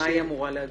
מה היא אמורה להגיד?